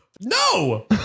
No